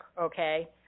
okay